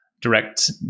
direct